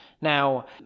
Now